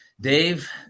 Dave